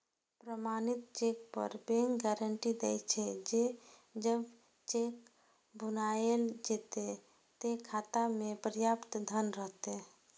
प्रमाणित चेक पर bank guarantee दै छे, जे जब चेक भुनाएल जेतै, ते खाता मे पर्याप्त धन रहतै